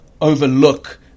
overlook